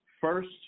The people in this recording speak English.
first